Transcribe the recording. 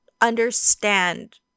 understand